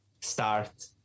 start